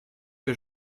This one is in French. que